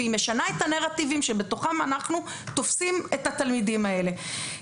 והיא משנה את הנרטיבים שבתוכם אנחנו תופסים את התלמידים האלה.